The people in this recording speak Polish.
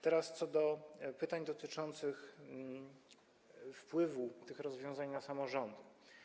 Teraz co do pytań dotyczących wpływu tych rozwiązań na samorządy.